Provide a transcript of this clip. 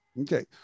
Okay